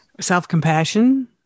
Self-compassion